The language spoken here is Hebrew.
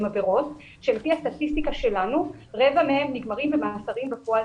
אלה עבירות שלפי הסטטיסטיקה שלנו רבע מהן נגמרות במאסרים בפועל